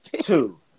two